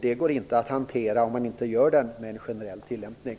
Det går inte att hantera om man inte har en generell tillämpning.